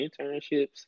internships